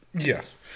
Yes